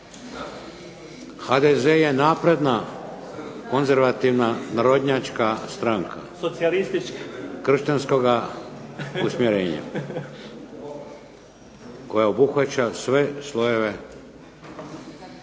HDZ je napredna konzervativna narodnjačka stranka. Kršćanskoga usmjerenja, koja obuhvaća sve slojeve i